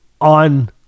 on